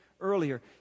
earlier